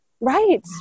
right